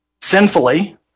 sinfully